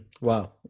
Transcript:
Wow